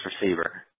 receiver